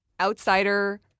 outsider